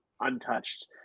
untouched